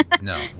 No